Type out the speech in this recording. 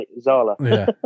Zala